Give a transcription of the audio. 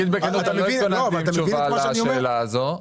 בכנות, אני לא התכוננתי עם תשובה לשאלה הזאת.